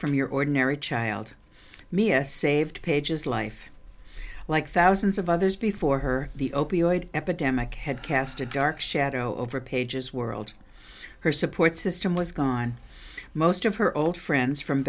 from your ordinary child mia saved pages life like thousands of others before her the opioid epidemic had cast a dark shadow over pages world her support system was gone most of her old friends from